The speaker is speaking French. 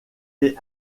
est